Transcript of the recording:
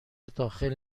داخل